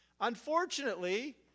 Unfortunately